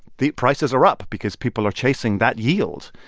the prices are up because people are chasing that yield.